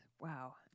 Wow